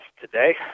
today